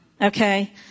okay